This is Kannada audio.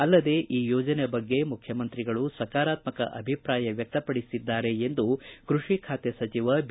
ಅಲ್ಲದೇ ಈ ಯೋಜನೆ ಬಗ್ಗೆ ಮುಖ್ಯಮಂತ್ರಿಗಳು ಸಕಾರಾತ್ಮಕ ಅಭಿಪ್ರಾಯವನ್ನೂ ವ್ಯಕ್ತಪಡಿಸಿದ್ದಾರೆ ಎಂದು ಕೃಷಿ ಖಾತೆ ಸಚಿವ ಬಿ